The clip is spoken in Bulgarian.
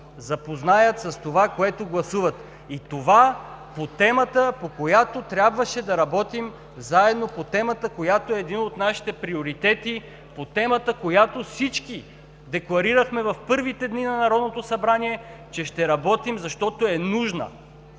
запознаят с това, което гласуват. И това по темата, по която трябваше да работим заедно, по темата, която е един от нашите приоритети, по темата, която всички декларирахме в първите дни на Народното събрание, че ще работим, защото е нужна